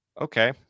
okay